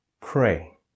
Pray